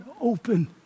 open